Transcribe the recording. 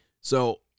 So-